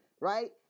Right